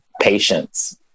Patience